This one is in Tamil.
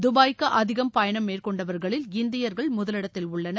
தபாய்க்கு அதிகம் பயணம் மேற்கொண்டவர்களில் இந்தியர்கள் முதலிடத்தில் உள்ளனர்